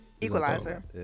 Equalizer